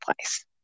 place